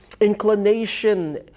inclination